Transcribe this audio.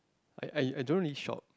I I don't really shop